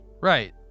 Right